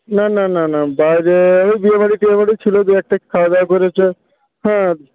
না না না না বাইরে ওই বিয়েবাড়ি টিয়েবাড়ি ছিল দুই একটা খাওয়া দাওয়া করেছি হ্যাঁ